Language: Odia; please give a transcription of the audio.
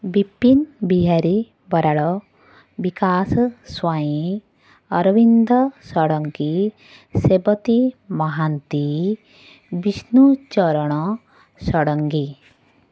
ବିପିନ ବିହାରୀ ବରାଳ ବିକାଶ ସ୍ୱାଇଁ ଅରବିନ୍ଦ ଷଡ଼ଙ୍ଗୀ ସେବତୀ ମହାନ୍ତି ବିଷ୍ଣୁଚରଣ ଷଡ଼ଙ୍ଗୀ